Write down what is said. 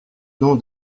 nom